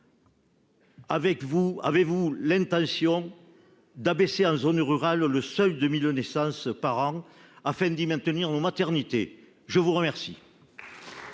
avez-vous l'intention d'abaisser en zone rurale. Le seuil de 1000 naissances par an afin d'y maintenir la maternité je vous remercie.